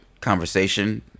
conversation